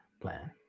plan